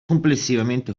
complessivamente